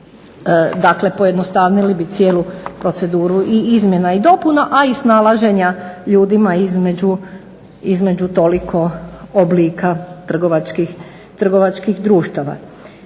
Dakle, pojednostavnili bi cijelu proceduru i izmjena i dopuna, a i snalaženja ljudima između toliko oblika trgovačkih društava.